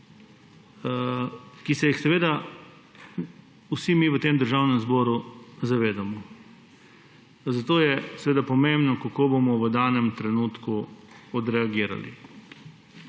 ki se jih vsi mi v tem državnem zboru zavedamo. Zato je pomembno, kako bomo v danem trenutku odreagirali.